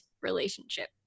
relationship